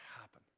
happen